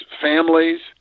families